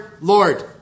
Lord